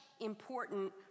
important